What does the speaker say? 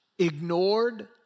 ignored